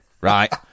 right